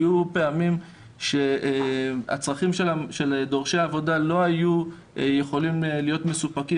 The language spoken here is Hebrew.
היו פעמים שהצרכים של דורשי העבודה לא היו יכולים להיות מסופקים